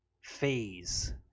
phase